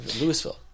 Louisville